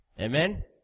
Amen